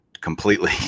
completely